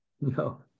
No